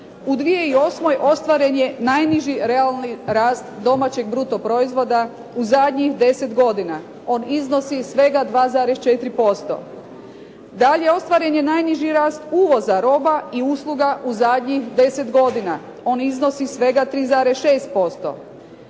U 2008. ostvaren je najniži realni rast domaćeg bruto proizvoda u zadnjih 10 godina. On iznosi svega 2,4%. Dalje, ostvaren je najniži rast uvoza roba i usluga u zadnjih 10 godina, on iznosi svega 3,6%,